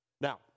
Now